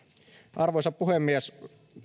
arvoisa puhemies